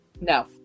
No